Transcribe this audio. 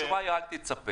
התשובה היא אל תצפה.